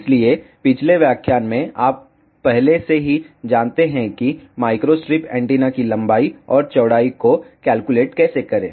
इसलिए पिछले व्याख्यान में आप पहले से ही जानते हैं कि माइक्रोस्ट्रिप एंटीना की लंबाई और चौड़ाई को कैलकुलेट कैसे करें